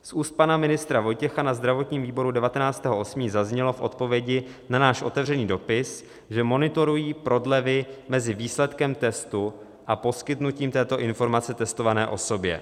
Z úst pana ministra Vojtěcha na zdravotním výboru 19. 8. zaznělo v odpovědi na náš otevřený dopis, že monitorují prodlevy mezi výsledkem testu a poskytnutím této informace testované osobě.